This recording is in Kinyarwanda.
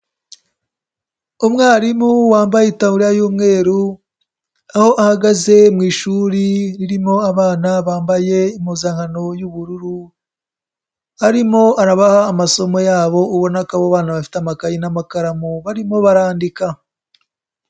Umwarimu wambaye itaburiya y'umweru, aho ahagaze mu ishuri ririmo abana bambaye impuzankano y'ubururu, arimo arabaha amasomo yabo ubonaka abo bana bafite amakayi n'amakaramu barimo barandika.